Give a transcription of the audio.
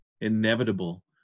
inevitable